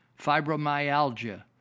fibromyalgia